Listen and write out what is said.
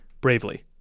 bravely